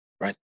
right